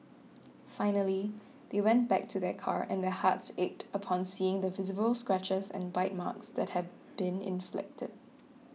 finally they went back to their car and their hearts ached upon seeing the visible scratches and bite marks that had been inflicted